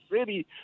city